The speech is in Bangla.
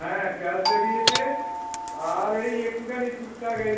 হ্যাঁ ক্যাশ বেরিয়েছে আর এই একটুখানি টুকটাক এই